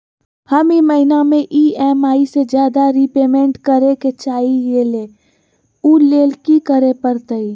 हम ई महिना में ई.एम.आई से ज्यादा रीपेमेंट करे के चाहईले ओ लेल की करे के परतई?